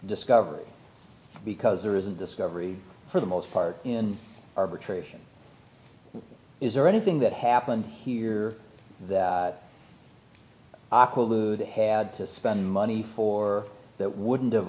discovery because there isn't discovery for the most part in arbitration is there anything that happened here that aqua buddha had to spend money for that wouldn't have